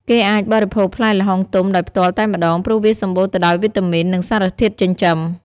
គេអាចបរិភោគផ្លែល្ហុងទុំដោយផ្ទាល់តែម្ដង ព្រោះវាសម្បូរទៅដោយវីតាមីន និងសារធាតុចិញ្ចឹម។